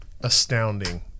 astounding